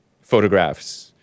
Photographs